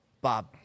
Bob